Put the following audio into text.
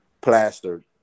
plastered